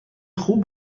خوب